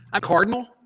Cardinal